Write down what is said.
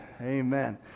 Amen